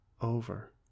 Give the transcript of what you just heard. over